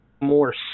more